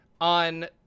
on